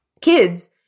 kids